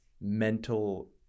mental